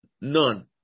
None